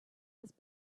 his